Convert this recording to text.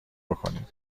بکنید